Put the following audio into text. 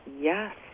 Yes